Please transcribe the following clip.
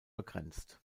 begrenzt